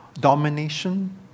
domination